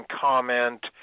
comment